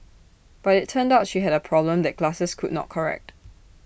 but IT turned out she had A problem that glasses could not correct